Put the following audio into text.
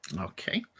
Okay